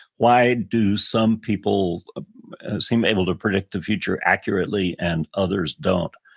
why do some people seem able to predict the future accurately and others don't.